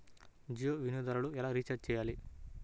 జియో వినియోగదారులు ఎలా రీఛార్జ్ చేయాలి?